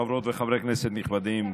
חברות וחברי כנסת נכבדים,